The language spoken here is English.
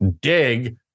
dig